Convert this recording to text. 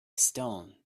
stone